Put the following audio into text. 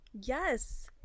Yes